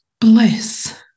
bliss